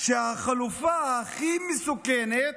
שהחלופה הכי מסוכנת